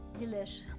delish